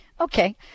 Okay